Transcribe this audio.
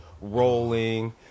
rolling